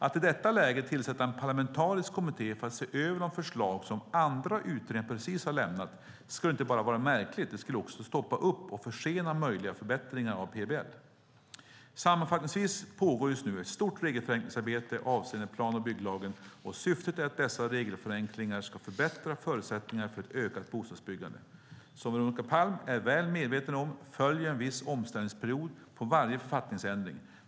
Att i detta läge tillsätta en parlamentarisk kommitté för att se över de förslag som andra utredningar precis har lämnat skulle inte bara vara märkligt, det skulle också stoppa upp och försena möjliga förbättringar av PBL. Sammanfattningsvis pågår just nu ett stort regelförenklingsarbete avseende plan och bygglagen, och syftet är att dessa regelförenklingar ska förbättra förutsättningarna för ett ökat bostadsbyggande. Som Veronica Palm är väl medveten om följer en viss omställningsperiod på varje författningsändring.